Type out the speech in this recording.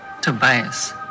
Tobias